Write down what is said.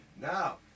Now